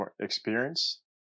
experience